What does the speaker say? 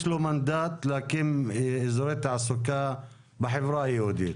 יש לו מנדט להקים אזורי תעסוקה בחברה היהודית?